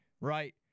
right